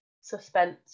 suspense